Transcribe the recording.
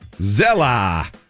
Zella